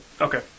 Okay